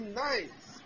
nice